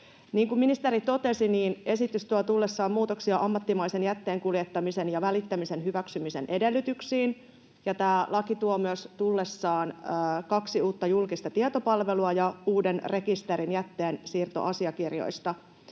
kuin ministeri totesi, esitys tuo tullessaan muutoksia ammattimaisen jätteen kuljettamisen ja välittämisen hyväksymisen edellytyksiin. Tämä laki tuo myös tullessaan kaksi uutta julkista tietopalvelua ja uuden rekisterin jätteensiirtoasiakirjoista,